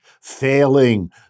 failing